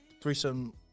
threesome